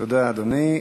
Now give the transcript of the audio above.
תודה, אדוני.